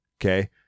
okay